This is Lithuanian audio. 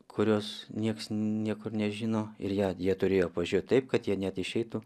kurios nieks niekur nežino ir ją jie turėjo važiuot taip kad jie net išeitų